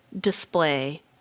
display